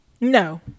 No